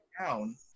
down